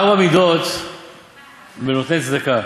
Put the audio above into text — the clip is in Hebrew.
ארבע מידות בנותני צדקה: